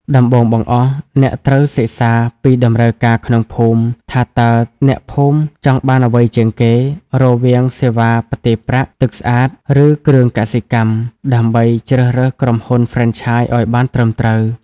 ដំបូងបង្អស់ អ្នកត្រូវ "សិក្សាពីតម្រូវការក្នុងភូមិ" ថាតើអ្នកភូមិចង់បានអ្វីជាងគេ រវាងសេវាផ្ទេរប្រាក់ ទឹកស្អាត ឬគ្រឿងកសិកម្ម ដើម្បីជ្រើសរើសក្រុមហ៊ុនហ្វ្រេនឆាយឱ្យបានត្រឹមត្រូវ។